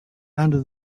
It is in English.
under